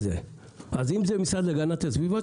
אז אם זה המשרד להגנת הסביבה,